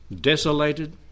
desolated